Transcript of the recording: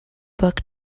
book